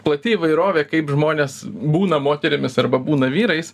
plati įvairovė kaip žmonės būna moterimis arba būna vyrais